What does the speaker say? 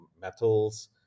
metals